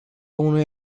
unui